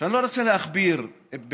שאני לא רוצה להכביר בשמותיהם,